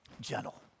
Gentle